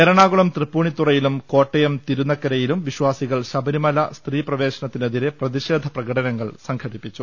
എറണാകുളം തൃപ്പൂണിത്തുറയിലും കോട്ടയം തിരുനക്കരയിലും വിശ്വാസികൾ ശബരിമല സ്ത്രീപ്രവേശനത്തിനെതിരെ പ്രതിഷേധപ്രകട നങ്ങൾ സംഘടിപ്പിച്ചു